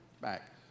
back